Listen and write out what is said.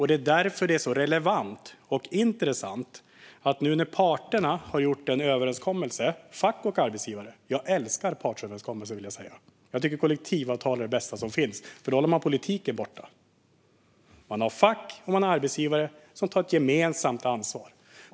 Det är därför det är så relevant och intressant att parterna, fack och arbetsgivare, nu har gjort en överenskommelse. Jag vill säga att jag älskar partsöverenskommelser, och jag tycker att kollektivavtal är det bästa som finns, för då håller man politiken borta, och fack och arbetsgivare tar ett gemensamt ansvar.